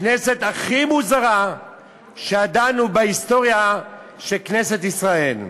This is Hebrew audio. כנסת הכי מוזרה שידענו בהיסטוריה של כנסת ישראל.